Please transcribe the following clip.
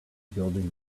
building